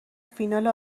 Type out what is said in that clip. فینال